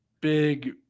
big